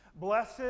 Blessed